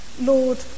Lord